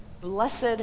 Blessed